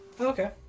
Okay